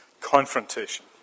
Confrontation